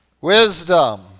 wisdom